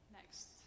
Next